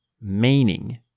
meaning